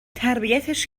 تربیتش